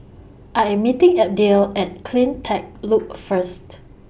I Am meeting Abdiel At CleanTech Loop First